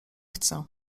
chcę